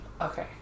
Okay